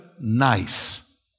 nice